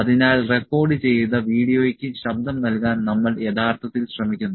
അതിനാൽ റെക്കോർഡുചെയ്ത വീഡിയോയ്ക്ക് ശബ്ദം നൽകാൻ നമ്മൾ യഥാർത്ഥത്തിൽ ശ്രമിക്കുന്നു